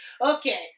okay